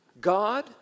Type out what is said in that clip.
God